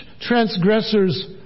transgressors